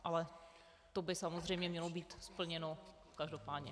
Ale to by samozřejmě mělo být splněno každopádně.